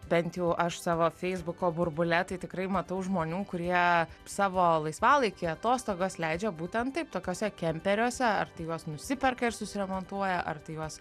bent jau aš savo feisbuko burbule tai tikrai matau žmonių kurie savo laisvalaikį atostogas leidžia būtent taip tokiose kemperiuose ar tai juos nusiperka ir susiremontuoja ar tai juos